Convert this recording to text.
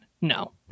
no